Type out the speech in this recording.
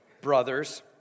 brothers